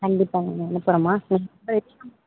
கண்டிப்பாகங்க நான் அனுப்புகிறேம்மா